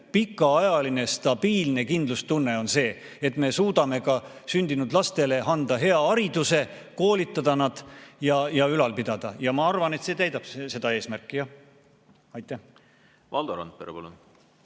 pikaajaline stabiilne kindlustunne, et me suudame sündinud lastele anda hea hariduse, neid koolitada ja ülal pidada. Ja ma arvan, et see täidab seda eesmärki. Aitäh!